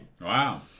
Wow